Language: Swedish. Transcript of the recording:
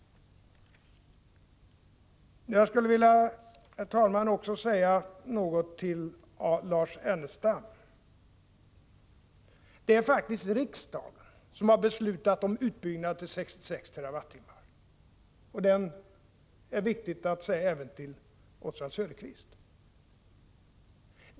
Herr talman! Jag skulle också vilja säga något till Lars Ernestam: Det är faktiskt riksdagen som har beslutat om utbyggnad till 66 TWh — detta är viktigt att säga även till Oswald Söderqvist.